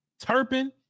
Turpin